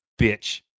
Bitch